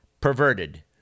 perverted